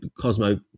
Cosmo